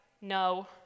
No